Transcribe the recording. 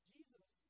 Jesus